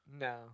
No